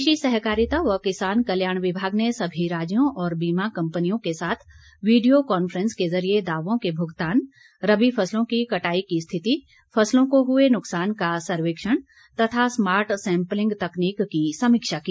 कृषि सहकारिता व किसान कल्याण विभाग ने सभी राज्यों और बीमा कंपनियों के साथ वीडियों कांफ्रेंस के जरिये दावों के भुगतान रबी फसलों की कटाई की स्थिति फसलों को हुए नुकसान का सर्वेक्षण तथा स्मार्ट सैंप्लिंग तकनीक की समीक्षा की